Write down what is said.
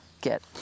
get